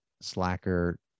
slacker